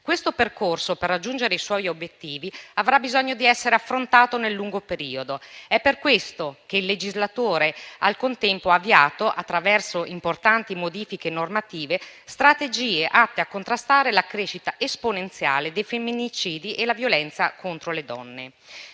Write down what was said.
Questo percorso per raggiungere i suoi obiettivi avrà bisogno di essere affrontato nel lungo periodo. È per questo che il legislatore al contempo ha avviato, attraverso importanti modifiche normative, strategie atte a contrastare la crescita esponenziale dei femminicidi e la violenza contro le donne.